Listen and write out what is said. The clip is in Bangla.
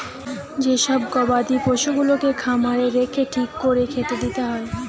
যে সব গবাদি পশুগুলাকে খামারে রেখে ঠিক কোরে খেতে দিতে হয়